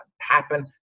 happen